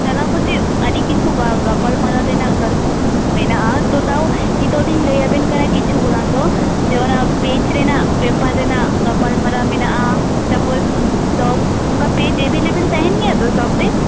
ᱪᱟᱞᱟᱣ ᱠᱟᱛᱮ ᱟᱹᱰᱤᱠᱤᱪᱷᱩ ᱜᱟᱯᱟᱞᱢᱟᱨᱟᱣ ᱨᱮᱱᱟᱜ ᱠᱟ ᱢᱮᱱᱟᱜ ᱼᱟ ᱛᱚ ᱛᱟᱣ ᱱᱤᱛᱚᱜ ᱞᱤᱧ ᱞᱟ ᱭ ᱟ ᱵᱤᱱ ᱠᱟᱱᱟ ᱠᱤᱪᱷᱩ ᱜᱟᱱᱫᱚ ᱡᱮ ᱚᱱᱟ ᱯᱮᱡᱽ ᱨᱮᱱᱟᱜ ᱯᱮᱯᱟᱨ ᱨᱮᱱᱟᱜ ᱜᱟᱯᱟᱞᱢᱟᱨᱟᱣ ᱢᱮᱱᱟᱜᱼᱟ ᱛᱟᱨᱯᱚᱨ ᱚᱱᱠᱟ ᱯᱮᱡᱽ ᱮᱵᱷᱮᱞᱮᱵᱚᱞ ᱛᱟᱦᱮᱱ ᱜᱮᱭᱟ ᱛᱚ ᱥᱚᱵ ᱯᱮᱡᱽ